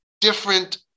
different